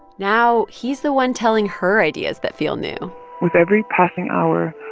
now he's the one telling her ideas that feel new with every passing hour,